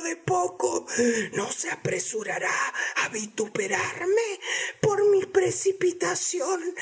de poco no se apresurará a vituperarme por mi precipitación